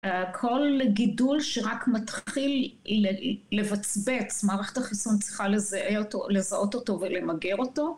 כל גידול שרק מתחיל לבצבץ, מערכת החיסון צריכה לזהה אותו..לזהות אותו ולמגר אותו.